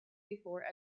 before